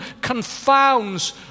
confounds